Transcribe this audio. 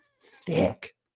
thick